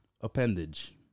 appendage